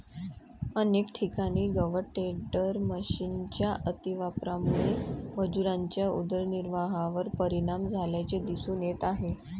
अनेक ठिकाणी गवत टेडर मशिनच्या अतिवापरामुळे मजुरांच्या उदरनिर्वाहावर परिणाम झाल्याचे दिसून येत आहे